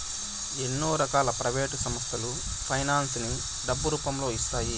ఎన్నో రకాల ప్రైవేట్ సంస్థలు ఫైనాన్స్ ని డబ్బు రూపంలో ఇస్తాయి